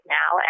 now